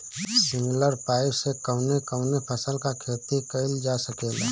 Sprinkler pipe से कवने कवने फसल क खेती कइल जा सकेला?